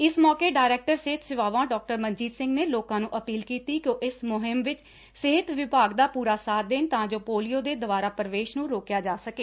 ਇਸ ਮੌਕੇ ਡਾਇਰੈਕਟਰ ਸਿਹਤ ਸੇਵਾਵਾਂ ਡਾ ਮਨਜੀਤ ਸਿੰਘ ਨੇ ਲੋਕਾਂ ਨੂੰ ਅਪੀਲ ਕੀਤੀ ਕਿ ਉਹ ਇਸ ਮੁਹਿਮ ਵਿਚ ਸਿਹਤ ਵਿਭਾਗ ਦਾ ਪੂਰਾ ਸਾਥ ਦੇਣ ਤਾਂ ਜੋ ਪੋਲਿਓ ਦੇ ਦੁਬਾਰਾ ਪ੍ਰਵੇਸ਼ ਨੂੰ ਰੋਕਿਆ ਜਾ ਸਕੇ